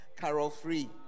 carol-free